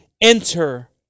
enter